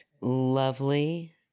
Lovely